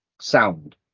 sound